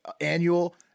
annual